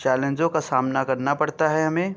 چیلنجوں کا سامنا کرنا پڑتا ہے ہمیں